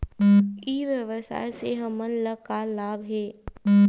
ई व्यवसाय से हमन ला का लाभ हे?